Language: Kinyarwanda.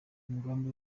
umugambi